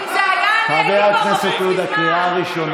אם זו הייתי אני, הייתי בחוץ כבר מזמן.